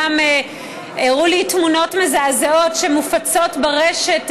וגם הראו לי תמונות מזעזעות שמופצות ברשת